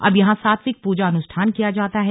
अब यहां सात्विक पूजा अनुष्ठान किया जाता है